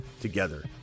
together